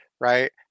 right